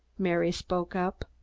mary spoke up.